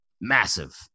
massive